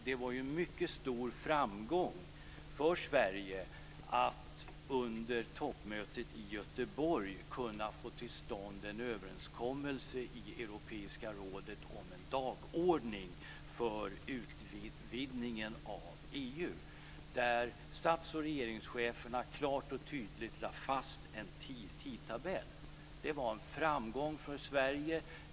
Det var en mycket stor framgång för Sverige att under toppmötet i Göteborg kunna få till stånd en överenskommelse i Europeiska rådet om en dagordning för utvidgningen av EU, där stats och regeringscheferna klart och tydligt lade fast en tidtabell. Det var en framgång för Sverige.